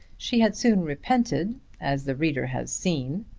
she had soon repented as the reader has seen.